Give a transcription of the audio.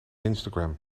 instagram